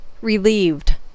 Relieved